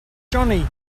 johnny